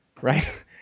right